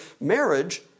marriage